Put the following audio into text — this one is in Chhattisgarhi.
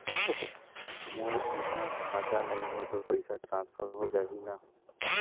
मोर इहां खाता नहीं है तो पइसा ट्रांसफर हो जाही न?